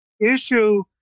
issue